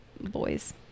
boys